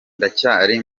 ndacyari